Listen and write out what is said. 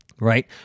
Right